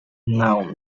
não